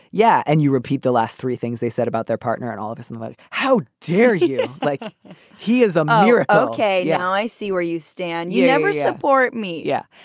yeah. and you repeat the last three things they said about their partner and all of this and like how dare you. like he is a liar. ah ok. i see where you stand. you never support me. yeah.